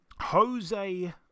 Jose